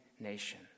Nation